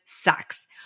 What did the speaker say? sucks